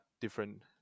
different